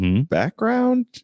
Background